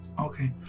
okay